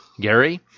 Gary